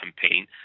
campaign